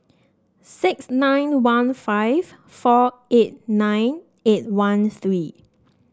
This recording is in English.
six nine one five four eight nine eight one three